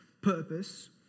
purpose